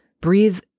breathe